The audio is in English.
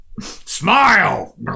Smile